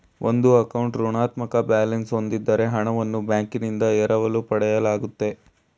ಒಂದು ಅಕೌಂಟ್ ಋಣಾತ್ಮಕ ಬ್ಯಾಲೆನ್ಸ್ ಹೂಂದಿದ್ದ್ರೆ ಹಣವನ್ನು ಬ್ಯಾಂಕ್ನಿಂದ ಎರವಲು ಪಡೆಯಲಾಗುತ್ತೆ